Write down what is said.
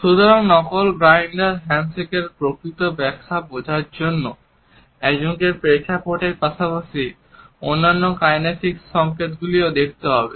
সুতরাং নকল গ্রাইন্ডার হ্যান্ডশেকের প্রকৃত ব্যাখ্যা বোঝার জন্য একজনকে প্রেক্ষাপটের পাশাপাশি অন্যান্য কাইনেসিক্স সংকেতগুলিও দেখতে হবে